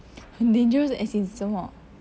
很 dangerous as in 什么